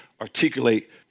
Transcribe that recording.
articulate